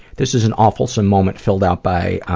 this is an awfulsome moment filled out by